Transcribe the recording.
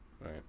Right